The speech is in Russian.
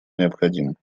необходим